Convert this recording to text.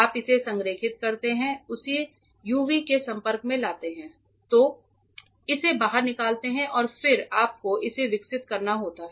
आप इसे संरेखित करते हैं उसे यूवी के संपर्क में लाते हैं और इसे बाहर निकालते हैं और फिर आपको इसे विकसित करना होता है